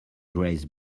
grace